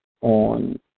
on